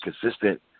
consistent